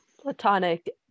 platonic